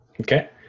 Okay